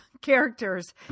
characters